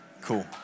Cool